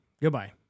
Goodbye